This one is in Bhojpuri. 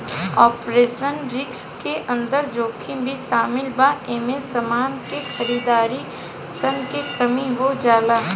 ऑपरेशनल रिस्क के अंदर जोखिम भी शामिल बा एमे समान के खरीदार सन के कमी हो जाला